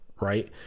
Right